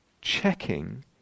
checking